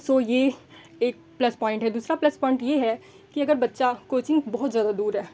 सो यह एक plus point है दूसरा प्लस पॉइंट यह है कि अगर बच्चा कोचिंग बहुत ज़्यादा दूर है